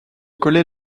collait